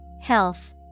Health